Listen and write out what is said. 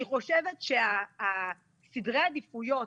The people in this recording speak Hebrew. אני חושבת שסדרי העדיפויות,